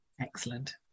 Excellent